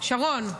שרון.